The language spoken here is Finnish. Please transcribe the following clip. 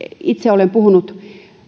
itse olen puhunut